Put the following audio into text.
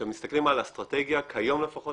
כשמסתכלים על האסטרטגיה כיום לפחות,